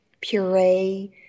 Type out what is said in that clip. puree